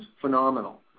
phenomenal